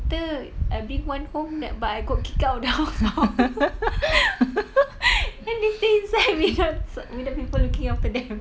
later I bring one home that but I got kick out of the house how then they stay inside with the with the people looking after them